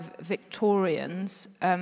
Victorians